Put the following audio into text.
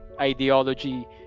ideology